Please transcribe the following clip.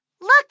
Look